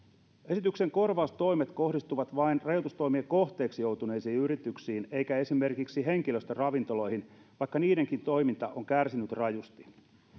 esityksen korvaustoimet kohdistuvat vain rajoitustoimien kohteeksi joutuneisiin yrityksiin eikä esimerkiksi henkilöstöravintoloihin vaikka niidenkin toiminta on kärsinyt rajusti